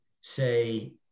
say